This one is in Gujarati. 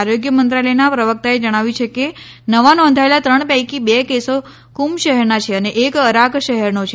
આરોગ્ય મંત્રાલયના પ્રવક્તાએ જણાવ્યું છે કે નવા નોંધાયેલા ત્રણ પૈકી બે કેસો કુમ શહેરના છે અને એક અરાક શહેરનો છે